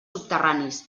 subterranis